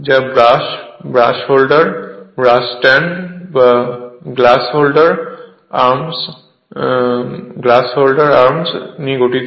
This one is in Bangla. যা brush brush holder brush stud বা গ্লাস হোল্ডার আর্মস নিয়ে গঠিত